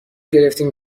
گرفتیم